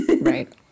Right